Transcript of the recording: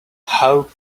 how